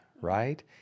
right